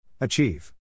Achieve